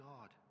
God